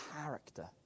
Character